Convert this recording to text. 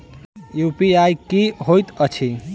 UPI की होइत अछि